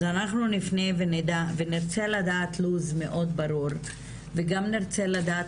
אז אנחנו נפנה ונדע ונרצה לדעת לו"ז מאוד ברור וגם נרצה לדעת,